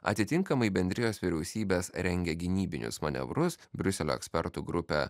atitinkamai bendrijos vyriausybės rengia gynybinius manevrus briuselio ekspertų grupė